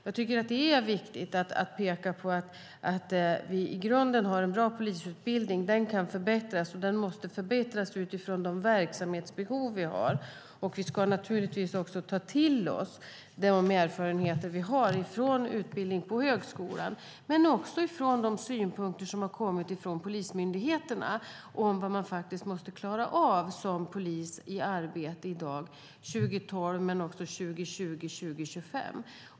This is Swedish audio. Jag tycker att det är viktigt att peka på att vi i grunden har en bra polisutbildning. Den kan förbättras, och den måste förbättras utifrån de verksamhetsbehov vi har. Vi ska naturligtvis också ta till oss de erfarenheter vi har från utbildning på högskolan men också från de synpunkter som har kommit från polismyndigheterna på vad man måste klara av som polis i arbete i dag, 2012, men också 2020 och 2025.